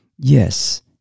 Yes